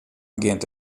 begjint